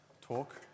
talk